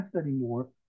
anymore